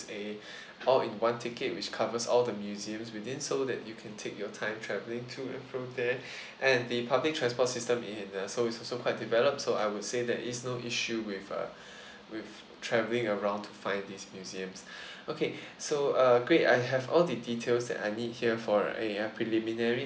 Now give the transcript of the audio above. a all in one ticket which covers all the museums within seoul that you can take your time travelling to and fro there and the public transport system in uh seoul is also quite developed so I would say that is no issue with uh with travelling around to find these museums okay so uh great I have all the details that I need here for a uh preliminary